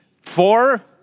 four